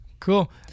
Cool